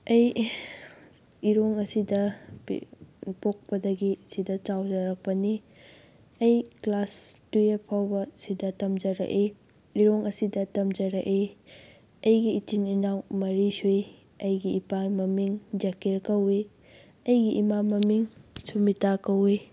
ꯑꯩ ꯏꯔꯣꯡ ꯑꯁꯤꯗ ꯄꯣꯛꯄꯗꯒꯤ ꯁꯤꯗ ꯆꯥꯎꯖꯔꯛꯄꯅꯤ ꯑꯩ ꯀ꯭ꯂꯥꯁ ꯇꯨꯌꯦꯜꯐ ꯐꯥꯎꯕ ꯁꯤꯗ ꯇꯝꯖꯔꯛꯏ ꯏꯔꯣꯡ ꯑꯁꯤꯗ ꯇꯝꯖꯔꯛꯏ ꯑꯩꯒꯤ ꯏꯆꯤꯜ ꯏꯅꯥꯎ ꯃꯔꯤ ꯁꯨꯏ ꯑꯩꯒꯤ ꯏꯄꯥ ꯃꯃꯤꯡ ꯖꯥꯀꯤꯔ ꯀꯧꯏ ꯑꯩꯒꯤ ꯏꯃꯥ ꯃꯃꯤꯡ ꯁꯨꯃꯤꯇꯥ ꯀꯧꯏ